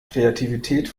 kreativität